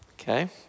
Okay